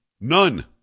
None